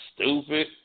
stupid